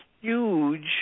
huge